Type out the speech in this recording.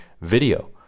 video